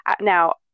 now